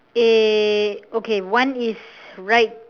eh okay one is right